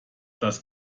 das